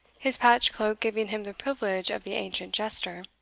his patched cloak giving him the privilege of the ancient jester.